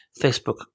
Facebook